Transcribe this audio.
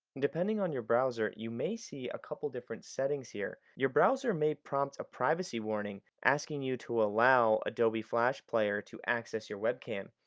depending on your browser, you may see a couple of different settings here. your browser may prompt a privacy warning, asking you to allow adobe flash player to access your webcam.